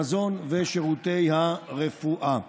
המזון ושירותי הרפואה.